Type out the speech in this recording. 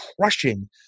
crushing